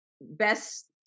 best